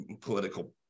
political